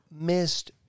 missed